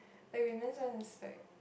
like women's one is like